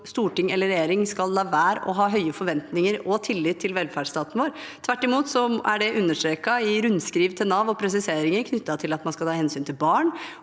storting eller regjering skal la være å ha høye forventninger og tillit til velferdsstaten vår. Tvert imot er det understreket i rundskriv til Nav og presiseringer knyttet til det, at man skal ta hensyn til barn,